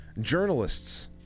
Journalists